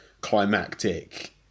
climactic